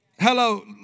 Hello